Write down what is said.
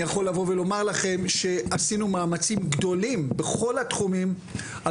אני יכול לומר לכם שעשינו מאמצים גדולים בכל התחומים על